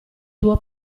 tuo